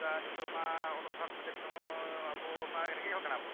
ᱥᱩᱵᱤᱫᱷᱟ ᱱᱤᱛᱳᱜ ᱢᱟ ᱚᱞᱚᱜ ᱯᱟᱲᱦᱟᱜ ᱠᱚᱨᱮᱜ ᱢᱟ ᱟᱵᱚ ᱢᱟ ᱨᱮᱸᱜᱮᱡ ᱦᱚᱲ ᱠᱟᱱᱟ ᱵᱚᱱ